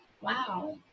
wow